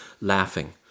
laughing